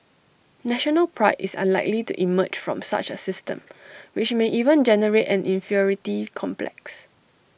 national Pride is unlikely to emerge from such A system which may even generate an inferiority complex